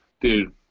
dude